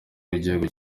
w’igihugu